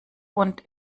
und